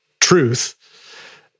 truth